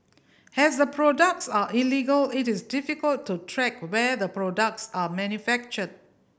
has the products are illegal it is difficult to track where the products are manufactured